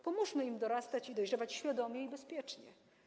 Pomóżmy im dorastać i dojrzewać świadomie i bezpiecznie.